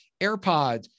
AirPods